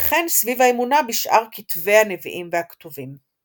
וכן סביב האמונה בשאר כתבי הנביאים והכתובים.